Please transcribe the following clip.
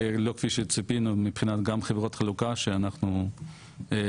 לא כפי שציפינו מבחינת גם חברות החלוקה שאנחנו לא